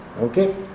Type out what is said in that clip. okay